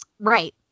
Right